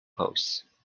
pose